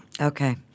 Okay